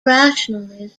rationalist